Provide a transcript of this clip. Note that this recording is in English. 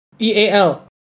E-A-L